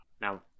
Now